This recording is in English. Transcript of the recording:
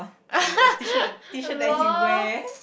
the T-shirt T-shirt that he wear